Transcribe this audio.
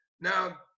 Now